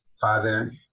father